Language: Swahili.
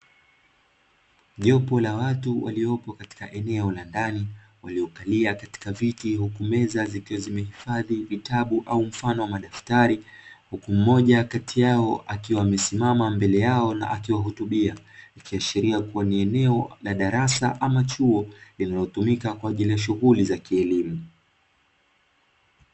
Jopo la watu waliopo katika eneo la ndani waliokalia katika viti huku meza zikiwa zimeifadhi vitabu au mfano wa madaftari, huku mmoja kati yao akiwa amesimama mbele yao na akiwahutubia, ikiashiria kuwa ni eneo la darasa ama chuo linalotumika kwa ajili ya shughuli za kielimu.